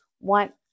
want